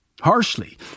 harshly